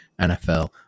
NFL